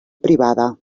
privada